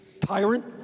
tyrant